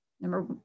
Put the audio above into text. Number